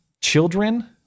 children